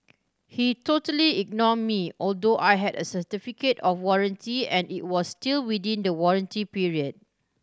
he totally ignored me although I had a certificate of warranty and it was still within the warranty period